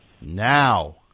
Now